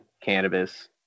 cannabis